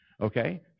Okay